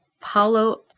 Paulo